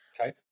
okay